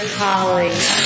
colleagues